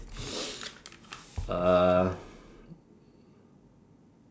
uh